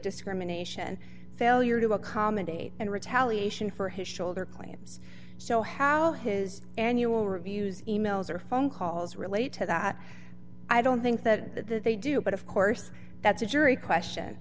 discrimination failure to accommodate and retaliation for his shoulder claims so how his annual reviews e mails or phone calls relate to that i don't think that they do but of course that's a jury question